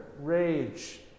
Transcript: rage